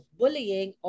bullying